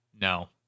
No